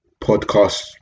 Podcast